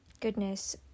Goodness